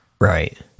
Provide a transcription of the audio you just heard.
Right